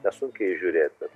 nesunkiai įžiūrėti